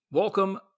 Welcome